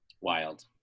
Wild